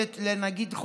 נגיד,